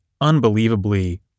unbelievably